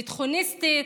ביטחוניסטית.